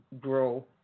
grow